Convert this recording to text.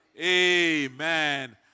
Amen